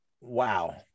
wow